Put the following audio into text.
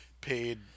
paid